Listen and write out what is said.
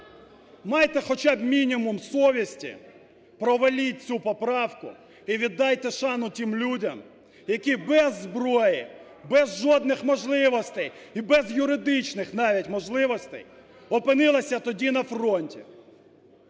Майте хоча б мінімум совісті, проваліть цю поправку і віддайте шану тим людям, які без зброї, без жодних можливостей і без юридичних навіть можливостей опинилися тоді на фронті.